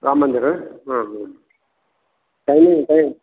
ರಾಮ ಮಂದಿರ್ರಾ ಆಂ ಹಾಂ ಟೈಮಿಂಗ್ ಟೈಮ್